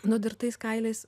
nudirtais kailiais